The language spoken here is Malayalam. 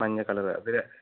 മഞ്ഞ ക്കളറ് അതൊരു